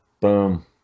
Boom